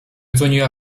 dzwoniła